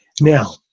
Now